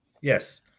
Yes